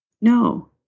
No